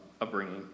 upbringing